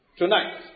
Tonight